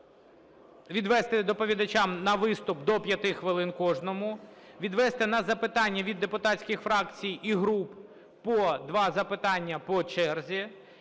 Відвести доповідачам на виступ до 5 хвилин кожному. Відвести на запитання від депутатських фракцій і груп по два запитання по черзі